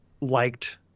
liked